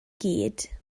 gyd